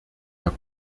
der